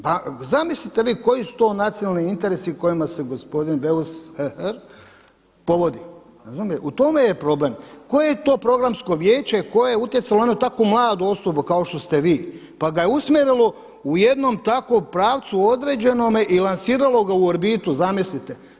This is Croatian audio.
Pa zamislite vi koji su to nacionalni interesi o kojima se gospodin BEus … povodi u tome je problem. koje je to programsko vijeće koje je utjecalo na takvu mladu osobu kao što ste vi pa ga je usmjerilo u jednom takvom pravcu određenome i lansiralo ga u orbitu, zamislite.